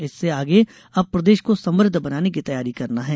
इससे आगे अब प्रदेश को समृद्ध बनाने की तैयारी करना है